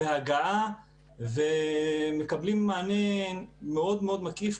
בהגעה ומקבלים מענה מאוד מאוד מקיף,